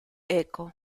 eco